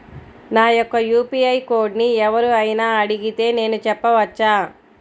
నా యొక్క యూ.పీ.ఐ కోడ్ని ఎవరు అయినా అడిగితే నేను చెప్పవచ్చా?